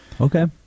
Okay